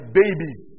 babies